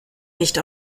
nicht